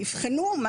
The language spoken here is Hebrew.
יבחנו.